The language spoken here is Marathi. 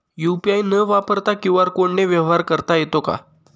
यू.पी.आय न वापरता क्यू.आर कोडने व्यवहार करता येतो का?